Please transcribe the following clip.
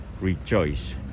rejoice